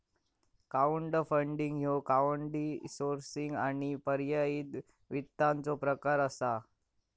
crowdfunding ह्यो crowdsourcing आणि पर्यायी वित्ताचो प्रकार असा